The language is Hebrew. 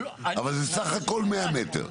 אבל זה סך הכול 100 מטר.